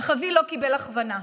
אך אבי לא קיבל הכוונה,